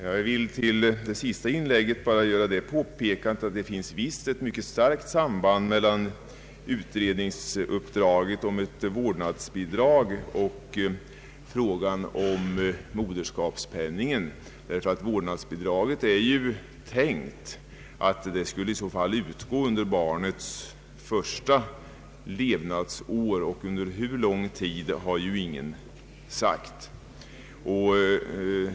Herr talman! Med anledning av det senaste inlägget vill jag bara påpeka att det finns ett mycket starkt samband mellan utredningsuppdraget om ett vårdnadsbidrag och frågan om moderskapspenningen. Vårdnadsbidraget är ju tänkt att utgå under barnets första levnadsår — under hur lång tid har däremot inte sagts.